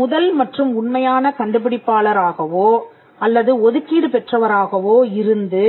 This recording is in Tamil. முதல் மற்றும் உண்மையான கண்டுபிடிப்பாளர் ஆகவோ அல்லது ஒதுக்கீடு பெற்றவராகவோ இருந்து